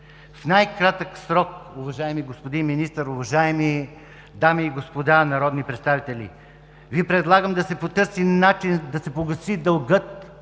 В най-кратък срок, уважаеми господин министър, уважаеми дами и господа народни представители, Ви предлагам да се потърси начин да се погаси дългът